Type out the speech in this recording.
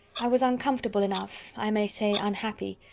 i was uncomfortable enough, i may say unhappy.